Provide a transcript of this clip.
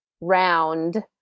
round